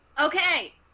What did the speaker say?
Okay